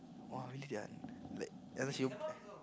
!wah! really ah like